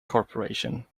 corporation